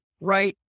right